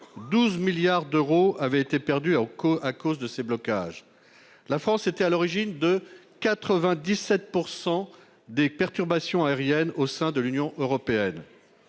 12 milliards d'euros ont été perdus à cause de ces blocages ; la France était à l'origine de 97 % des perturbations aériennes au sein de l'Union européenne.